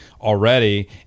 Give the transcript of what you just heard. already